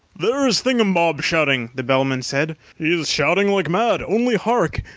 there is thingumbob shouting! the bellman said, he is shouting like mad, only hark!